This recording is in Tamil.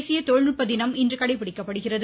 தேசிய தொழில்நுட்ப தினம் இன்று கடைபிடிக்கப்படுகிறது